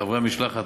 מחברי המשלחת,